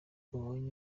ubonye